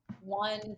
one